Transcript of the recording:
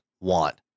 want